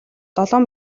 долоон